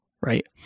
Right